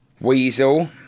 Weasel